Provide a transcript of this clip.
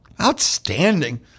outstanding